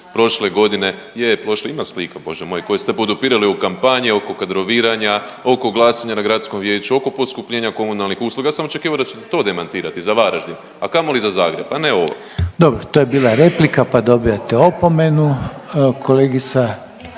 prošle godine, je, je prošle ima slika Bože moj koje ste podupirali u kampanji oko kadroviranja oko glasanja na gradskom vijeću, oko poskupljenja komunalnih usluga. Ja sam očekivao da ćete to demantirati za Varaždin, a kamoli za Zagrebe, a ne ovo. **Reiner, Željko (HDZ)** Dobro to je bila replika pa dobijate opomenu. Kolegica